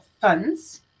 funds